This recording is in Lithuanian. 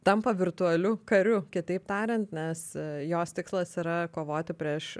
tampa virtualiu kariu kitaip tariant nes jos tikslas yra kovoti prieš